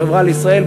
"החברה לישראל",